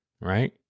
Right